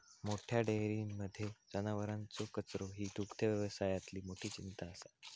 मोठ्या डेयरींमध्ये जनावरांचो कचरो ही दुग्धव्यवसायातली मोठी चिंता असा